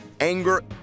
anger